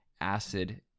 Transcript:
acid